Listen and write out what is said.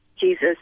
Jesus